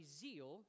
zeal